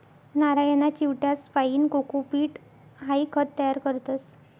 नारयना चिवट्यासपाईन कोकोपीट हाई खत तयार करतस